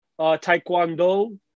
taekwondo